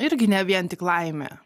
irgi ne vien tik laimė